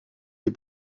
les